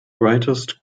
brightest